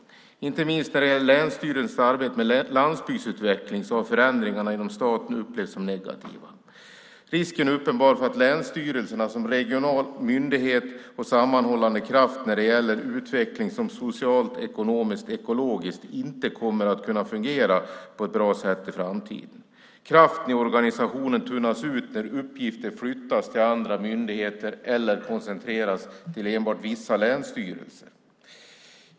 Inte minst när det gäller länsstyrelsernas arbete med landsbygdsutveckling har förändringarna inom staten upplevts som negativa. Risken är uppenbar att länsstyrelserna som regional myndighet och sammanhållande kraft när det gäller utveckling socialt, ekonomiskt och ekologiskt inte kommer att kunna fungera på ett bra sätt i framtiden. Kraften i organisationen tunnas ut när uppgifter flyttas till andra myndigheter eller koncentreras till enbart vissa länsstyrelser.